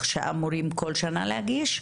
שאמורים כל שנה להגיש.